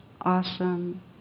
awesome